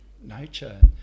nature